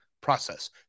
process